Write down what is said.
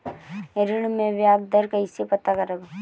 ऋण में बयाज दर कईसे पता करब?